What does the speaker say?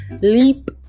leap